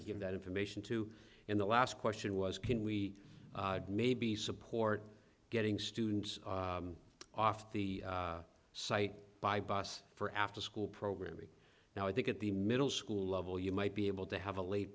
of give that information to in the last question was can we maybe support getting students off the site by bus for afterschool program now i think at the middle school level you might be able to have a late